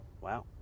wow